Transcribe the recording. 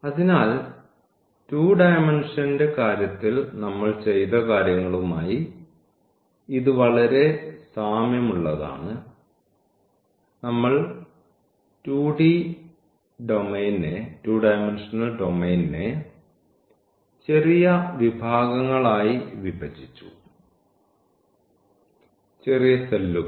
അതിനാൽ 2 ഡയമെൻഷൻറെ കാര്യത്തിൽ നമ്മൾ ചെയ്ത കാര്യങ്ങളുമായി ഇത് വളരെ സാമ്യമുള്ളതാണ് നമ്മൾ 2D ഡൊമെയ്നെ ചെറിയ വിഭാഗങ്ങളായി വിഭജിച്ചു ചെറിയ സെല്ലുകൾ